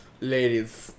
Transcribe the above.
Ladies